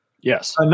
Yes